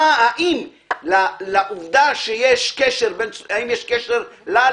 האם לעובדה - האם יש קשר לה,